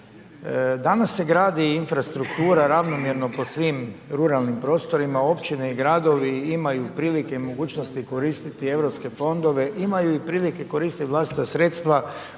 Danas se gradi infrastruktura, ravnomjerno po svim ruralnim prostorima, općine i gradovi, imaju prilike i mogućnosti koristit europske fondove, imaju i prilike koristiti vlastita sredstva,